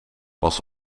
pas